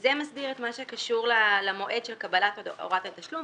וזה מסביר את מה שקשור למועד של קבלת הוראת התשלום,